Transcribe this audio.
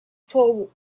fou